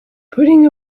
putting